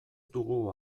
dugu